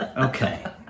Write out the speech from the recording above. Okay